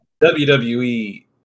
WWE